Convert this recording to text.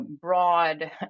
broad